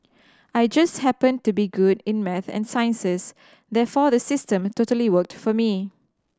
I just happened to be good in maths and sciences therefore the system totally worked for me